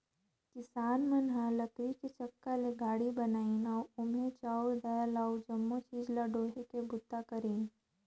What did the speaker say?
किसान मन ह लकरी के चक्का ले गाड़ी बनाइन अउ ओम्हे चाँउर दायल अउ जमो चीज ल डोहे के बूता करिन